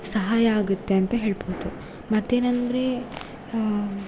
ಸಹಾಯ ಆಗುತ್ತೆ ಅಂತ ಹೇಳ್ಬೋದು ಮತ್ತೇನಂದರೆ